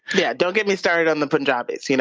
yeah, don't get me started on the punjabis. you know